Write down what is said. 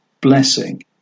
blessing